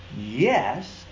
yes